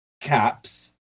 caps